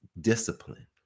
Discipline